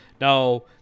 now